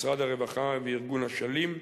משרד הרווחה וארגון "אשלים",